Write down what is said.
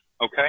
Okay